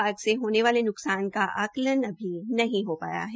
आग से होने वाले न्कसान का आंकलन अभी नहीं हो पाया है